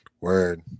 Word